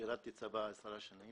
שרתי בצבא עשר שנים,